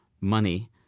money